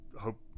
hope